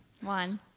one